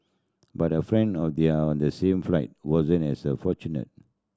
but a friend of their on the same flight wasn't as a fortunate